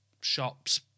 shops